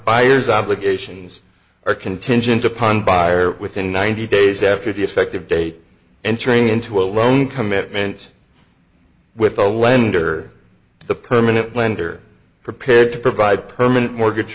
buyers obligations are contingent upon buyer within ninety days after the effective date entering into a loan commitment with a lender the permanent lender prepared to provide permanent mortgage